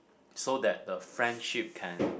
so that the friendship can